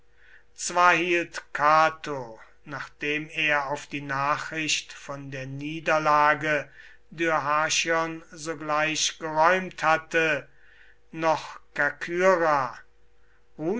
zwar hielt cato nachdem er auf die nachricht von der niederlage dyrrhachion sogleich geräumt hatte nach